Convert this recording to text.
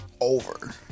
Over